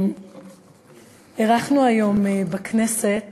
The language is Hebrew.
אירחנו היום בכנסת